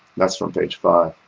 that's from page five.